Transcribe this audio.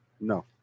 no